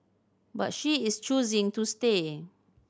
but she is choosing to stay